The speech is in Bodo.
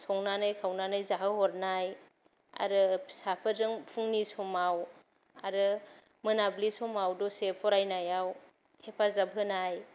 संनानै खावनानै जाहो हरनाय आरो फिसाफोरजों फुंनि समाव आरो मोनाबिलि समाव दसे फरायनायाव हेफाजाब होनाय